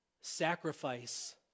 Sacrifice